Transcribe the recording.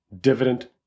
Dividend